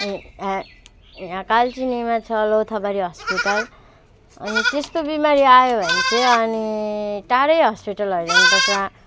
यहाँ कालचिनीमा छ लथाबारी हस्पिटाल अनि त्यस्तो बिमारी आयो भने चाहिँ अनि टाढै हस्पिटल लैजाउनुपर्छ